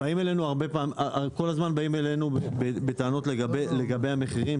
באים אלינו בטענות לגבי המחירים.